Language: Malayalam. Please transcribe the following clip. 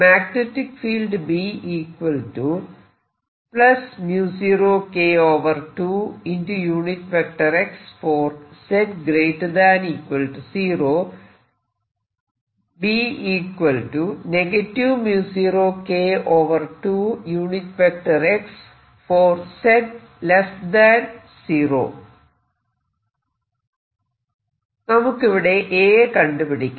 മാഗ്നെറ്റിക് ഫീൽഡ് നമുക്കിവിടെ A കണ്ടുപിടിക്കാം